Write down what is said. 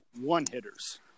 one-hitters